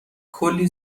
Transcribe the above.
کلی